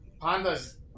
Panda's